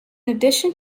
addition